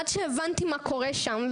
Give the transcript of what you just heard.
עד שהבנתי מה קורה שם.